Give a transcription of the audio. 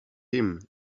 him